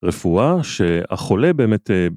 רפואה שהחולה באמת...